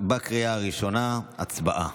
בקריאה הראשונה, הצבעה.